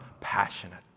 passionate